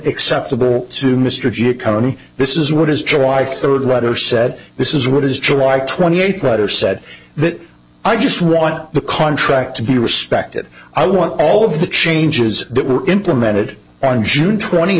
acceptable to mr g come on this is what is true why third rather said this is what is july twenty eighth letter said that i just want the contract to be respected i want all of the changes that were implemented on june twenty